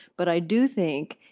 but i do think,